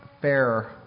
fair